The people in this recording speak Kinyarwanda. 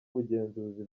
ubugenzuzi